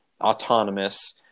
autonomous